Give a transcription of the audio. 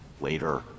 later